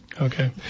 okay